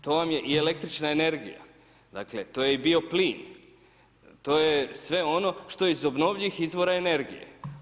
To vam je i električna energija, to je i bioplin, to je sve ono što je iz obnovljivih izvora energije.